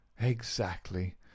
Exactly